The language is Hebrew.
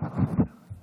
אדוני היושב-ראש,